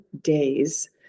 days